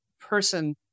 person